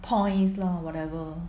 points lah whatever